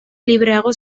libreago